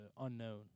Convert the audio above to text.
unknown